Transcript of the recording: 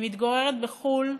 היא מתגוררת בחו"ל,